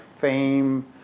fame